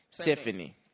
Tiffany